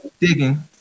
digging